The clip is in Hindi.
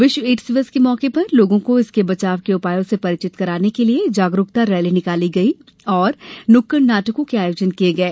विश्व एड्स दिवस के मौके पर लोगों को इसके बचाव के उपायों से परिचित कराने के लिये जागरूकता रैली निकाली गई और नुक्कड़ नाटकों के आयोजन किये गये